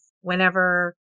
whenever